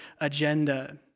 agenda